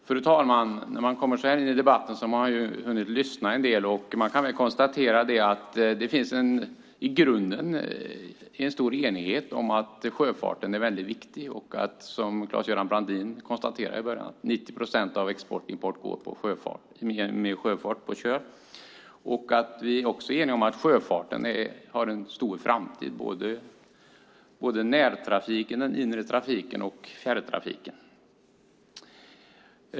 Fru talman! När man kommer upp så här sent i debatten har man hunnit lyssna en del. Det kan väl konstateras att det i grunden finns en stor enighet om att sjöfarten är väldigt viktig. Som Claes-Göran Brandin inledningsvis konstaterade går 90 procent av exporten och importen på sjön. Vidare är vi eniga om att sjöfarten har en stor framtid både när det gäller närtrafiken och den inre trafiken och när det gäller fjärrtrafiken.